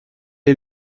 est